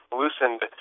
loosened